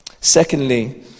Secondly